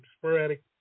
sporadic